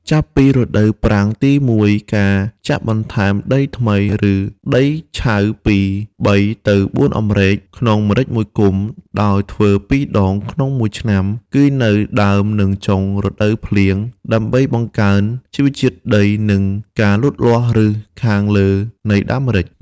ចាប់ពីរដូវប្រាំងទី១ ការចាក់បន្ថែមដីថ្មី ឬដីឆៅពី ៣ទៅ៤ អំរែក ក្នុងម្រេច១គុម្ព ដោយធ្វើ២ដងក្នុង១ឆ្នាំ គឺនៅដើមនឹងចុង រដូវភ្លៀង ដើម្បីបង្កើនជីជាតិដី និង ការលូតលាស់ឫសខាងលើនៃដើមម្រេច។